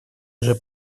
уже